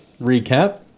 recap